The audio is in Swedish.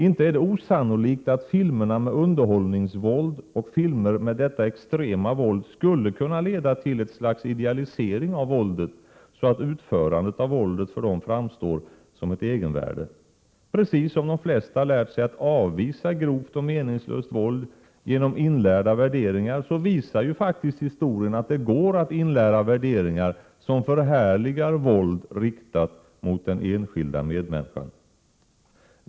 Inte är det osannolikt att filmerna med underhållningsvåld och filmer med detta extrema våld skulle kunna leda till ett slags idealisering av våldet, så att utförandet av våldet för dem framstår som ett egenvärde. Precis som de flesta lärt sig att avvisa grovt och meningslöst våld genom inlärda värderingar visar faktiskt historien att det går att inlära värderingar som förhärligar våld riktat mot den enskilda medmänniskan.